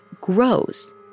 grows